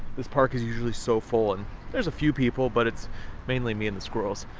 this park is usually so full, and there's a few people, but it's mainly me and the squirrels.